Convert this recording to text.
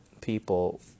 people